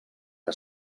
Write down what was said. que